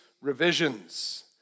revisions